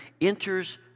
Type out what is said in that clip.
enters